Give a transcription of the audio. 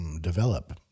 develop